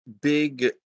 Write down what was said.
big